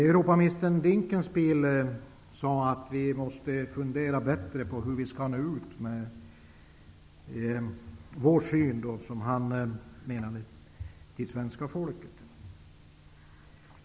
Europaminister Dinkelspiel sade att vi måste fundera över hur vi bättre vi skall nå ut med våra synpunkter till svenska folket.